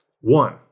One